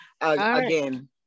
Again